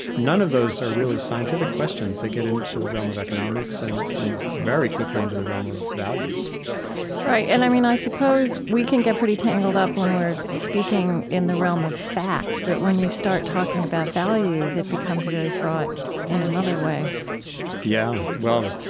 none of those are really scientific questions. they get into the realm of economics and and very quickly into the realm of values right. and, i mean, i suppose we can get pretty tangled up when we're speaking in the realm of fact, but when you start talking about values, it becomes very fraught in another way yeah. well,